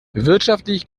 wirtschaftlich